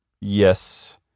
Yes